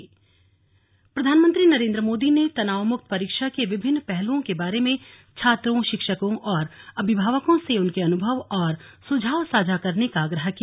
slug Modi तनावमुक्त परीक्षा पर्यटन प्रधानमंत्री नरेन्द्र मोदी ने तनावमुक्त परीक्षा के विभिन्न पहलुओं के बारे में छात्रों शिक्षकों और अभिभावकों से उनके अनुभव और सुझाव साझा करने का आग्रह किया